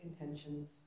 intentions